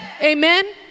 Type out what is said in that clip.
Amen